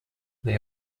they